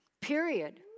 Period